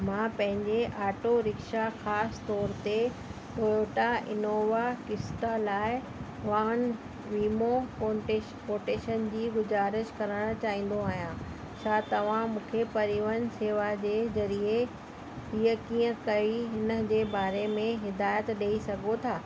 मां पंहिंजे auto rickshaw ख़ासि तौरि ते टोयोटा इनोवा क्रिस्टा लाइ वाहन वीमो कोंटे कोटेशन जी गुज़ारिश करणु चाहींदो आहियां छा तव्हां मूंखे परिवहन सेवा जे ज़रिए हीअं कीअं कई हिन जे बारे में हिदायत ॾेई सघो था